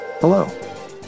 Hello